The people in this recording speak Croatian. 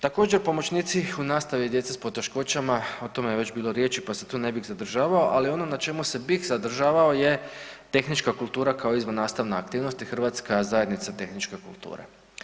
Također pomoćnici u nastavi djece s poteškoćama, o tome je već bilo riječi pa se tu ne bih zadržavao, ali ono na čemu se bih zadržavao je tehnička kultura kao izvan nastavna aktivnost i hrvatska zajednica tehničke kulture.